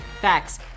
Facts